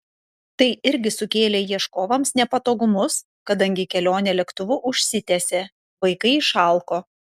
tai irgi sukėlė ieškovams nepatogumus kadangi kelionė lėktuvu užsitęsė vaikai išalko